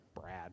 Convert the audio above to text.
Brad